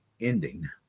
ending